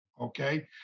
okay